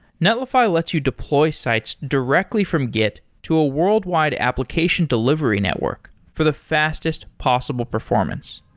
netlify lets you deploy sites directly from git to a worldwide application delivery network for the fastest possible performance.